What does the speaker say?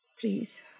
Please